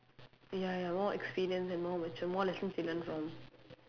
ya ya more experience and more mature more lessons you learn from